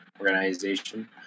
organization